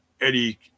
Eddie